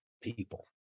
people